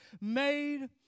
made